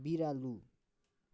बिरालो